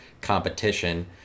competition